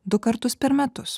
du kartus per metus